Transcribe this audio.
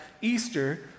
Easter